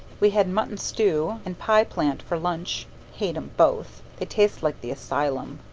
we had mutton stew and pie-plant for lunch hate em both they taste like the asylum.